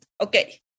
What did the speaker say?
okay